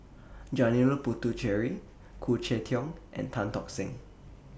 Janil Puthucheary Khoo Cheng Tiong and Tan Tock Seng